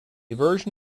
version